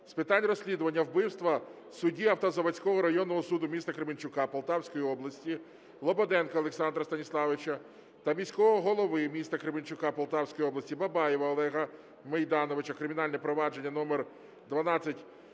з питань розслідування вбивства судді Автозаводського районного суду міста Кременчука Полтавської області Лободенка Олександра Станіславовича та міського голови міста Кременчука Полтавської області Бабаєва Олега Мейдановича - кримінальне провадження №